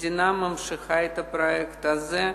המדינה ממשיכה את הפרויקט הזה,